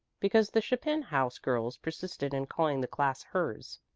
because the chapin house girls persisted in calling the class hers.